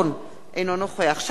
אינו נוכח שי חרמש,